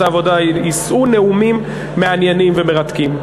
העבודה יישאו נאומים מעניינים ומרתקים.